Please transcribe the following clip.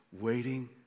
waiting